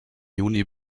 juni